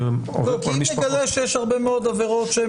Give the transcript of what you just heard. כי אם נגלה שיש הרבה מאוד עבירות,